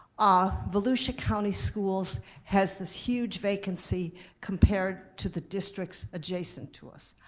ah volusia county schools has this huge vacancy compared to the districts adjacent to us.